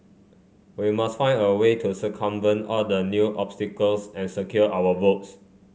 we must find a way to circumvent all the new obstacles and secure our votes